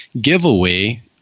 giveaway